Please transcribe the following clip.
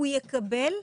הוא יקבל,